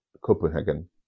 Copenhagen